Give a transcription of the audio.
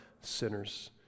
sinners